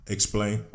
Explain